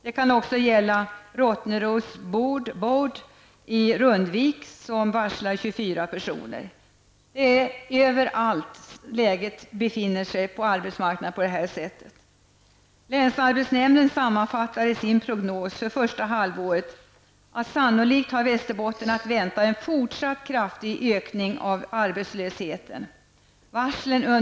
Det kan också gälla Överallt ser läget på arbetsmarknaden ut på det här sättet. Länsarbetsnämnden sammanfattar i sin prognos för första halvåret att Västerbotten sannolikt har att vänta en fortsatt kraftig ökning av arbetslösheten.